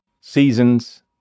seasons